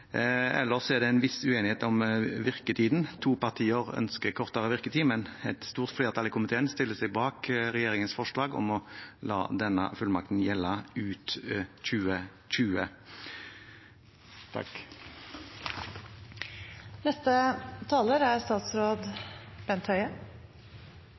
Ellers er det en viss uenighet om virketiden. To partier ønsker kortere virketid, mens et stort flertall i komiteen stiller seg bak regjeringens forslag om å la denne fullmakten gjelde ut 2020.